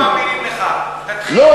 אם לא מאמינים לך, תקשיב, לא,